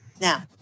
Now